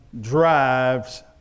drives